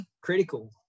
critical